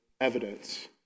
evidence